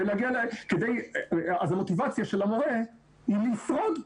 אז המוטיבציה היא לשרוד,